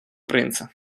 принца